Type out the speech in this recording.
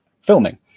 filming